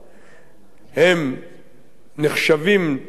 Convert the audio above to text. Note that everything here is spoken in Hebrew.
הם נחשבים לאי-חוקיים,